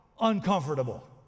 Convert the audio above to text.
uncomfortable